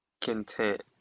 content